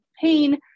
pain